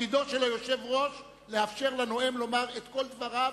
תפקידו של היושב-ראש לאפשר לנואם לומר את כל דבריו,